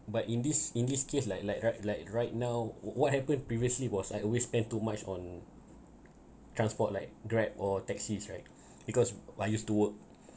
but in this in this case like like right like right now what happened previously was I always spend too much on transport like Grab or taxis right because I used to work